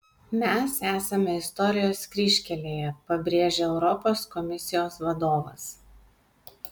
mes esame istorijos kryžkelėje pabrėžė europos komisijos vadovas